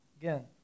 Again